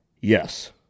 Yes